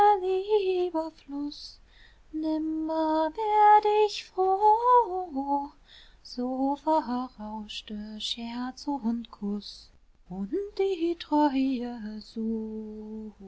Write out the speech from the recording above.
ich froh so verrauschte scherz und kuß und die